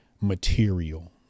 material